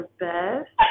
best